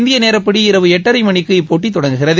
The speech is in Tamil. இந்திய நேரப்படி இரவு எட்டரை மணிக்கு இப்போட்டி தொடங்குகிறது